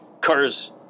Cars